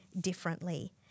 differently